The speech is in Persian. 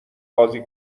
بازی